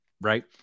right